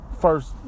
first